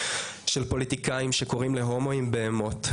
של פוליטיקאים שקוראים להומואים בהמות,